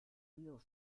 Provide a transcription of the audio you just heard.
real